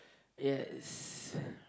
yes